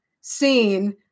seen